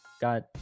got